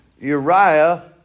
Uriah